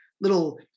little